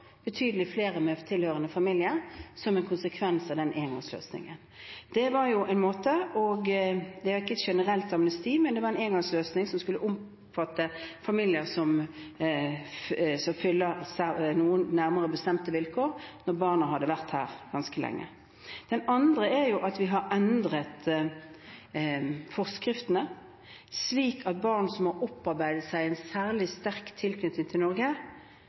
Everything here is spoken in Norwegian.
en konsekvens av engangsløsningen. Det er ikke et generelt amnesti, men det var en engangsløsning som skulle omfatte familier som fyller noen nærmere bestemte vilkår når barna hadde vært her ganske lenge. Det andre er at vi har endret forskriftene slik at for barn som har opparbeidet seg en særlig sterk tilknytning til Norge,